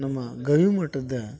ನಮ್ಮ ಗವಿಮಠದ